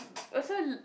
also